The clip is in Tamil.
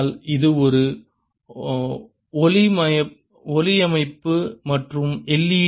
ஆனால் அது ஒளியமைப்பு மற்றும் எல்